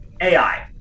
AI